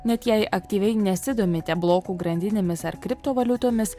net jei aktyviai nesidomite blokų grandinėmis ar kriptovaliutomis